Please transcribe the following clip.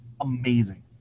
amazing